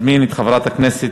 התשע"ג 2013,